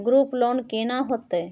Group loan केना होतै?